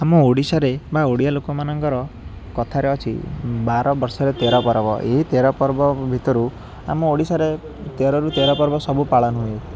ଆମ ଓଡ଼ିଶାରେ ବା ଓଡ଼ିଆ ଲୋକମାନଙ୍କର କଥାରେ ଅଛି ବାର ବର୍ଷରେ ତେରପର୍ବ ଏଇ ତେରପର୍ବ ଭିତରୁ ଆମ ଓଡ଼ିଶାରେ ତେରରୁ ତେରପର୍ବ ସବୁ ପାଳନ ହୁଏ